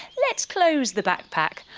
let's close the backpack!